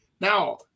Now